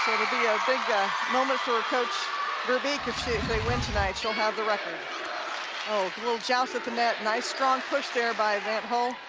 be a ah big yeah moment for coach veerbeek if they win tonight, she'll have the record a little joust at the net nice strong push there by van't hul.